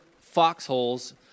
foxholes